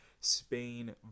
spain